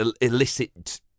illicit